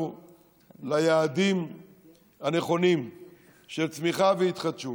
ליעדים הנכונים של צמיחה והתחדשות,